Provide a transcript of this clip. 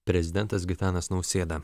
prezidentas gitanas nausėda